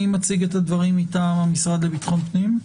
מי מציג את הדברים מטעם המשרד לבטחון פנים?